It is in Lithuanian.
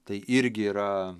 tai irgi yra